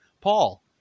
Paul